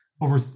over